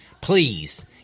Please